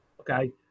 Okay